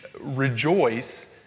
rejoice